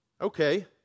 Okay